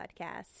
podcast